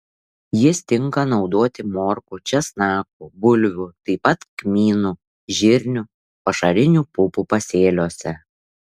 jis tinka naudoti morkų česnakų bulvių taip pat kmynų žirnių pašarinių pupų pasėliuose